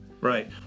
Right